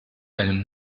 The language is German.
einem